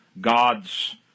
God's